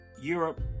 Europe